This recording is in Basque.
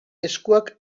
eskuak